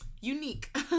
unique